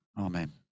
Amen